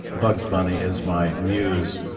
bugs bunny is my muse.